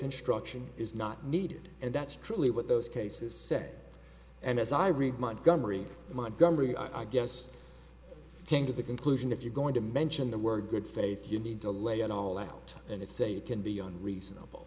instruction is not needed and that's truly what those cases said and as i read montgomery montgomery i guess came to the conclusion if you're going to mention the word good faith you need to lay it all out and it's a it can be on reasonable